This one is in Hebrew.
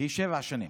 היא שבע שנים.